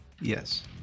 Yes